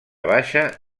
baixa